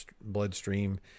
bloodstream